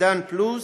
עידן פלוס,